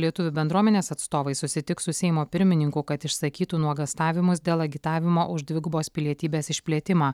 lietuvių bendruomenės atstovai susitiks su seimo pirmininku kad išsakytų nuogąstavimus dėl agitavimo už dvigubos pilietybės išplėtimą